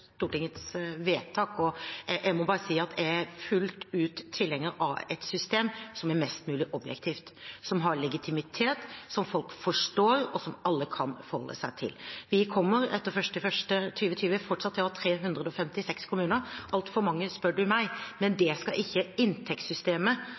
Stortingets vedtak, og jeg må bare si at jeg er fullt ut tilhenger av et system som er mest mulig objektivt, som har legitimitet, som folk forstår, og som alle kan forholde seg til. Vi kommer etter 1. januar 2020 fortsatt til å ha 356 kommuner – altfor mange, spør du meg. Men